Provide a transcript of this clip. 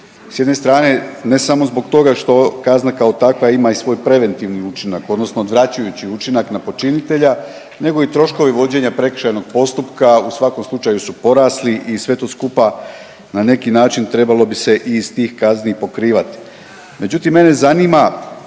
S jedne strane ne samo zbog toga što kazna kao takva ima i svoj preventivni učinak odnosno odvračujući učinak na počinitelja nego i troškovi vođenja prekršajnog postupka u svakom slučaju su porasli i sve to skupa na neki način trebalo bi se iz tih kazni pokrivati.